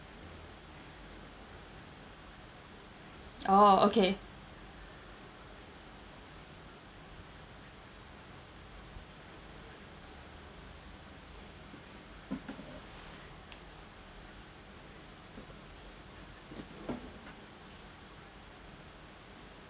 oh okay